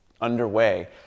underway